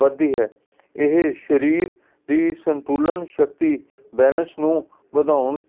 ਵੱਧਦੀ ਹੈ ਇਹ ਸਰੀਰ ਦੀ ਸੰਤੁਲਨ ਸ਼ਕਤੀ ਬੈਲੈਂਸ ਨੂੰ ਵਧਾਉਣ